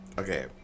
Okay